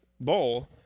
bowl